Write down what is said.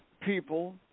people